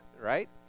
right